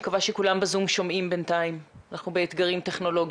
שומעים בינתיים, אנחנו באתגרים טכנולוגיים.